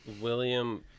William